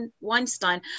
Weinstein